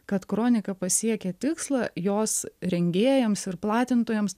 kad kronika pasiekė tikslą jos rengėjams ir platintojams